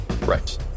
Right